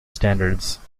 standards